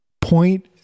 point